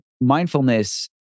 mindfulness